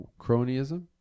Cronyism